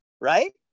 right